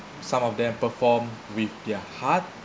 some of them perform with their heart